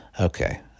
Okay